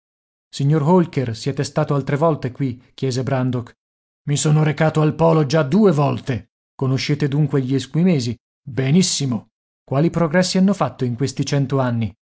signor holker siete stato altre volte qui chiese ran dok i sono recato al polo già due volte conoscete dunque gli esquimesi benissimo quali progressi hanno fatto in questi cento anni